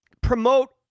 promote